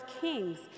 Kings